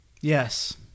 Yes